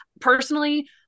personally